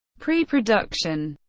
pre-production